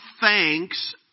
thanks